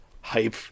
hype